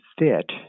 fit